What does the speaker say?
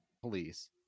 Police